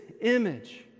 image